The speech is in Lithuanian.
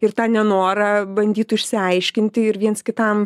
ir tą nenorą bandytų išsiaiškinti ir viens kitam